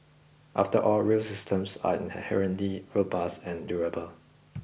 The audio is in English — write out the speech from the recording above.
after all rail systems are inherently robust and durable